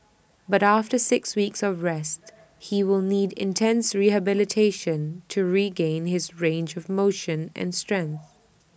but after six weeks of rest he will need intense rehabilitation to regain his range of motion and strength